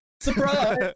Surprise